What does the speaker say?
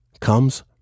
comes